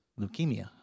leukemia